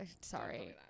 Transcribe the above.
sorry